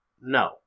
No